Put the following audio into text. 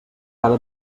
cada